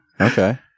okay